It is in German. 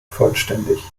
vollständig